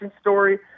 story